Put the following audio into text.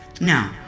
No